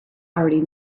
already